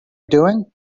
doing